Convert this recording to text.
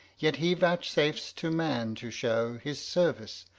yet he vouchsafes to man to show his service,